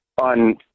on